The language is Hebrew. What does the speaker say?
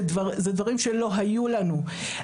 שזה דברים שלא היו לנו.